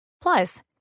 Plus